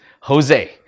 Jose